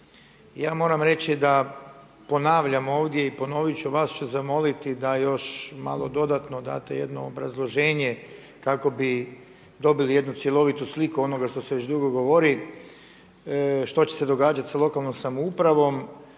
Ja moram reći da ponavljam ovdje i ponovit ću, vas ću zamoliti da još malo dodatno date jedno obrazloženje kako bi dobili jednu cjelovitu sliku onoga što se već dugo govori što će se događati sa lokalnom samoupravom.